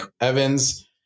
Evans